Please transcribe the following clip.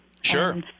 Sure